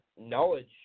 knowledge